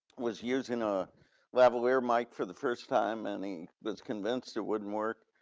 was using a lavalier mic for the first time and he was convinced it wouldn't work.